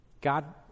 god